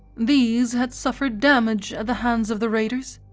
these had suffered damage at the hands of the raiders,